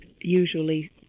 usually